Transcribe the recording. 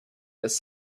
this